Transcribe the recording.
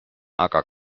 aga